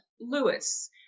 Lewis